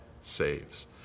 saves